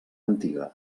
antiga